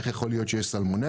איך יכול להיות שיש סלמונלה?